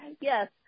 Yes